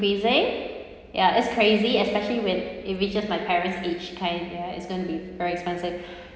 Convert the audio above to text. increasing ya it's crazy especially when it reaches my parents age kind ya it's going to be very expensive